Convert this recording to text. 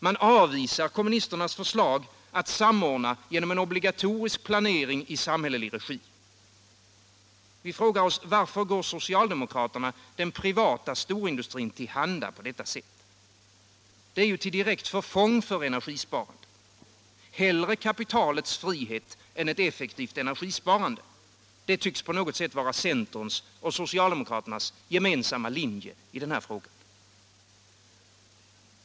Man avvisar kommunisternas förslag att samordna genom en obligatorisk planering i samhällelig regi. Vi frågar oss varför socialdemokraterna går den privata storindustrin till handa på detta sätt. Det är ju till direkt förfång för energisparandet. Hellre kapitalets frihet än ett effektivt energisparande — det tycks på något sätt vara centerns och socialdemokraternas gemensamma linje i denna fråga.